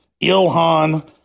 Ilhan